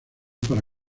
para